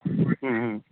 ह्म्म ह्म्म